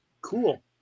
Cool